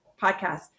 podcast